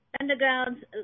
underground